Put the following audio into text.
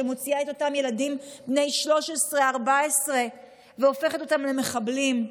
שמוציאה את אותם ילדים בני 14-13 והופכת אותם למחבלים.